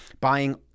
buying